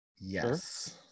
yes